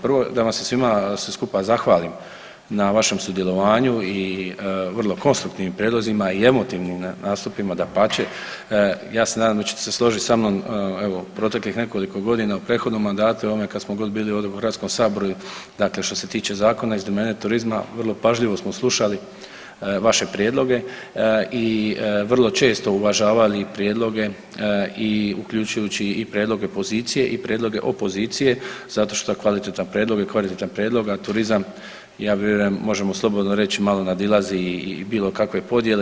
Prvo da vam se svima skupa zahvalim na vašem sudjelovanju i vrlo konstruktivnim prijedlozima i emotivnim nastupima dapače ja se nadam da ćete se složiti sa mnom evo u proteklih nekoliko godina, u prethodnom mandatu i ovome kad smo god bili u Hrvatskom saboru i dakle što se tiče zakona iz domene turizma vrlo pažljivo smo slušali vaše prijedloge i vrlo često uvažavali prijedloge i uključujući i prijedloge pozicije i prijedloge opozicije zato što kvalitetan prijedlog je kvalitetan prijedlog, a turizam ja vjerujem možemo slobodno reći malo nadilazi i bilo kakve podjele.